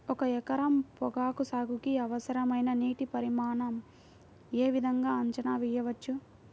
ఒక ఎకరం పొగాకు సాగుకి అవసరమైన నీటి పరిమాణం యే విధంగా అంచనా వేయవచ్చు?